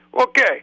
Okay